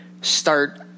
start